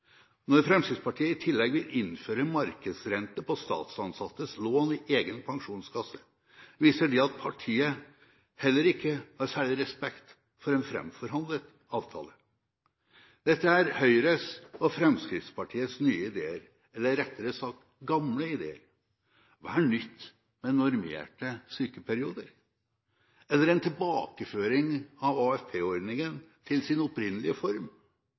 Når Fremskrittspartiet i tillegg vil innføre markedsrente på statsansattes lån i egen pensjonskasse, viser det at partiet heller ikke har særlig respekt for en framforhandlet avtale. Dette er Høyre og Fremskrittspartiets nye ideer – eller rettere sagt gamle ideer. Hva er nytt med normerte sykeperioder, eller en tilbakeføring av AFP-ordningen til sin opprinnelige form?